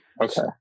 okay